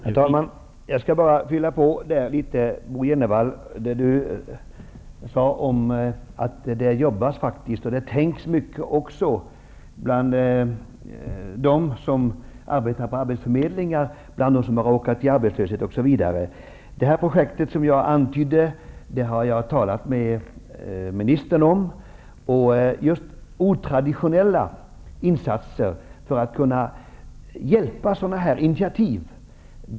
Herr talman! Jag vill bara komplettera det som Bo G. Jenevall sade om att det jobbas och tänks mycket bland de arbetslösa och dem som arbetar på arbetsförmedlingar. Det projekt som jag tidigare nämnde har jag tidigare diskuterat med ministern. Jag välkomnar mycket just otraditionella insatser för att stödja olika initiativ.